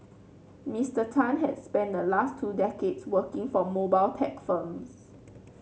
Mister Tan has spent the last two decades working for mobile tech firms